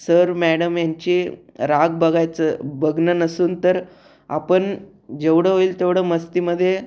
sir madam ह्यांची राग बघायचं बघणं नसून तर आपण जेवढं होईल तेवढं मस्तीमध्ये